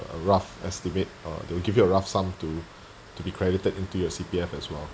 a rough estimate uh they'll give you a rough sum to to be credited into your C_P_F as well